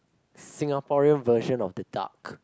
Singaporean version of the duck